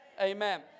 amen